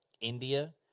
India